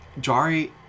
Jari